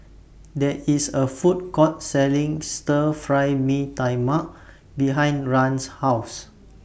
There IS A Food Court Selling Stir Fry Mee Tai Mak behind Rahn's House